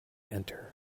enter